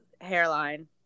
hairline